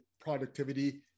productivity